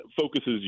focuses